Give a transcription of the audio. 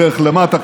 בדרך למטה,